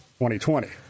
2020